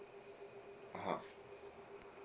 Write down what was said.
ah half